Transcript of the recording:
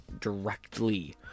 directly